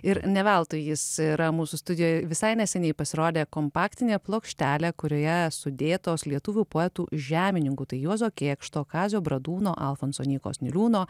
ir ne veltui jis yra mūsų studijoj visai neseniai pasirodė kompaktinė plokštelė kurioje sudėtos lietuvių poetų žemininkų tai juozo kėkšto kazio bradūno alfonso nykos niliūno